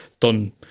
done